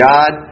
God